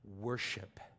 worship